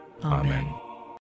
Amen